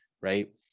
right